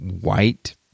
white